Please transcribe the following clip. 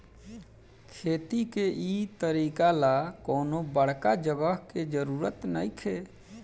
खेती के इ तरीका ला कवनो बड़का जगह के जरुरत नइखे